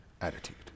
attitude